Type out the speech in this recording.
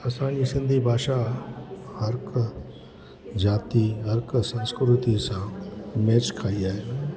असांजी सिंधी भाषा हर हिकु जाती हर हिकु संस्कृति सां मेच खाई आहे